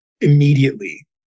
immediately